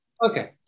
Okay